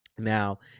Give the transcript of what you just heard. now